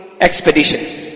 expedition